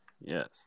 Yes